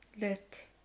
let